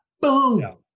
Boom